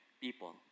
people